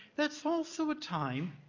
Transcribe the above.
that's also a time